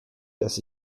dass